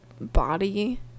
body